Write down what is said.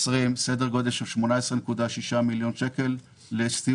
סדר גודל של 18.6 מיליון שקל לסיום